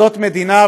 זאת מדינה,